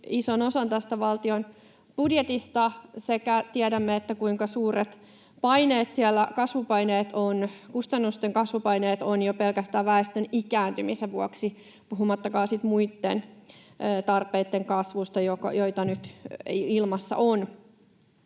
ison osan tästä valtion budjetista, ja tiedämme, kuinka suuret kustannusten kasvupaineet siellä on jo pelkästään väestön ikääntymisen vuoksi, puhumattakaan sitten muitten tarpeitten kasvusta, joita nyt on ilmassa.